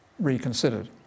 reconsidered